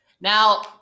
Now